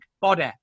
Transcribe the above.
body